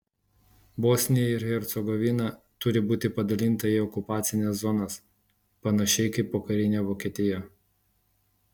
bosnija ir hercegovina turi būti padalinta į okupacines zonas panašiai kaip pokarinė vokietija